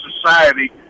society